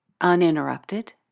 uninterrupted